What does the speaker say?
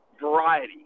variety